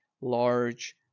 large